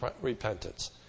repentance